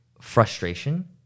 frustration